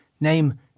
name